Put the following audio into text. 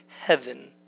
heaven